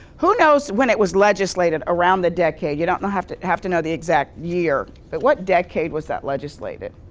who knows when it was legislated, around the decade? you don't have to have to know the exact year, but what decade was that legislated?